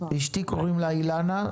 לאשתי קוראים אילנה,